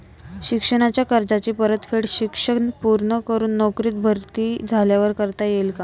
शिक्षणाच्या कर्जाची परतफेड शिक्षण पूर्ण करून नोकरीत भरती झाल्यावर करता येईल काय?